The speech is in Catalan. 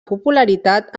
popularitat